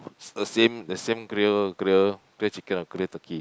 the same the same grill grill grill chicken or grill turkey